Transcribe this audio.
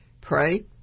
pray